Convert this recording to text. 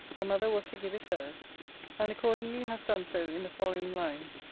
my mother was to give it hers and accordingly has done so in the following lines,